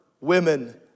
women